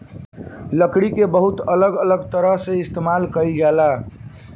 लकड़ी के बहुत अलग अलग तरह से इस्तेमाल कईल जाला